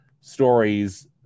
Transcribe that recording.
stories